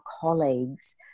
colleagues